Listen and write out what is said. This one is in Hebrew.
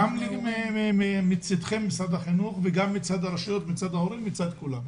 גם מצד משרד החינוך וגם מצד הרשויות וההורים ומצד כולם.